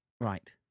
Right